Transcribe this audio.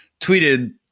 tweeted